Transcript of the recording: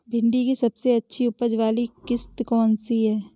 भिंडी की सबसे अच्छी उपज वाली किश्त कौन सी है?